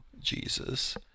Jesus